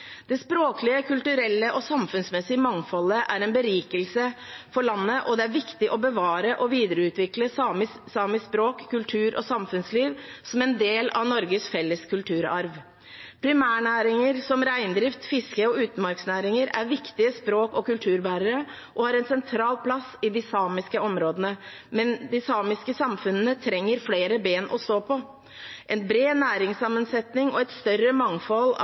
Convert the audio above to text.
Det språklige, kulturelle og samfunnsmessige mangfoldet er en berikelse for landet, og det er viktig å bevare og videreutvikle samisk språk, kultur og samfunnsliv som en del av Norges felles kulturarv. Primærnæringer som reindrift, fiske og utmarksnæringer er viktige språk- og kulturbærere og har en sentral plass i de samiske områdene, men de samiske samfunnene trenger flere ben å stå på. En bred næringssammensetning og et større mangfold av